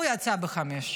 הוא יצא ב-17:00.